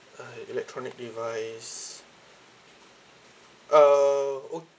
uh electronic device uh